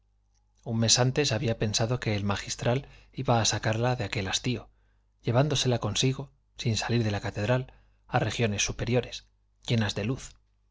un mes antes había pensado que el magistral iba a sacarla de aquel hastío llevándola consigo sin salir de la catedral a regiones superiores llenas de luz